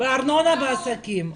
הנחות בארנונה לעסקים.